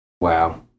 Wow